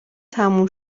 تمام